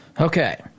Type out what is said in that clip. Okay